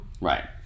right